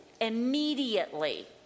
immediately